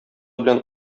белән